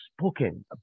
spoken